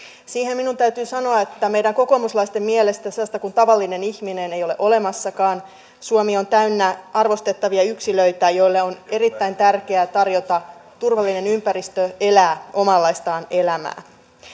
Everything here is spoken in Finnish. siihen minun täytyy sanoa että meidän kokoomuslaisten mielestä sellaista kuin tavallinen ihminen ei ole olemassakaan suomi on täynnä arvostettavia yksilöitä joille on erittäin tärkeää tarjota turvallinen ympäristö elää omanlaistaan elämää